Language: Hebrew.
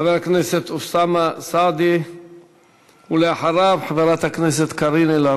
(הישיבה נפסקה בשעה 23:37 ונתחדשה בשעה 09:00.)